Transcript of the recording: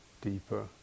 deeper